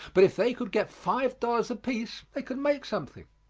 but if they could get five dollars apiece they could make something.